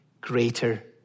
greater